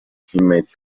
teammate